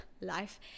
life